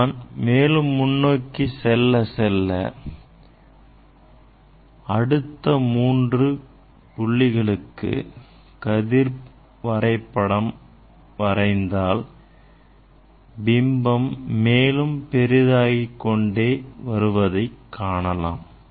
நாம் மேலும் முன்னோக்கி செல்ல செல்ல அடுத்த மூன்று புள்ளிகளுக்கு கதிர் வரைபடத்தை நாம் வரைந்தால் பிம்பம் மேலும் பெரிதாகிக் கொண்டே வருவதை காணலாம்